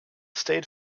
stayed